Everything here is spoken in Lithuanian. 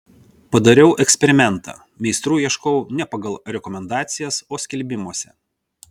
padariau eksperimentą meistrų ieškojau ne pagal rekomendacijas o skelbimuose